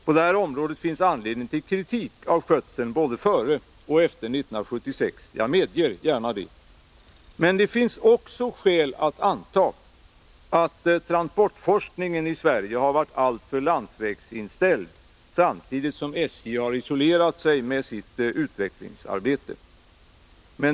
På detta område finns anledning till kritik av skötseln både före och efter 1976. Jag medger gärna det. Men det finns också skäl att anta att transportforsk 35 ningen i Sverige har varit alltför landsvägsinställd samtidigt som SJ har isolerat sig med sitt utvecklingsarbete.